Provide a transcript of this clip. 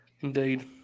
Indeed